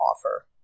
offer